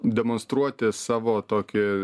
demonstruoti savo tokį